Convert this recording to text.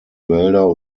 wälder